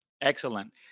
excellent